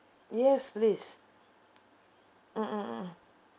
yes please mmhmm